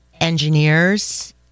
engineers